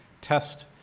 test